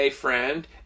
friend